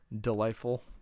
delightful